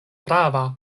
prava